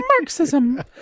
marxism